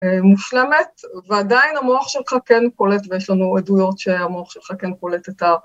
מושלמת, ועדיין המוח שלך כן קולט, ויש לנו עדויות שהמוח שלך כן קולט את ה...